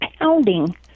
pounding